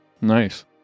Nice